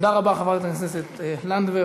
תודה רבה, חברת הכנסת לנדבר.